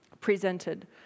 presented